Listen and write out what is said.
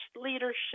leadership